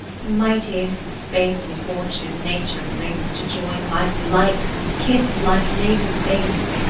the mightiest space in fortune nature brings to join like likes, and kiss like native things.